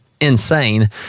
insane